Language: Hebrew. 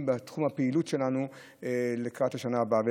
את תחום הפעילות שלנו לקראת השנה הבאה.